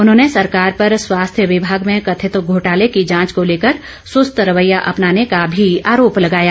उन्होंने सरकार पर स्वास्थ्य विभाग में कथित घोटाले की जांच को लेकर सुस्त रवैया अपनाने का भी आरोप लगाया